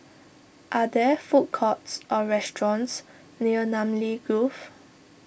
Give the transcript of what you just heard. are there food courts or restaurants near Namly Grove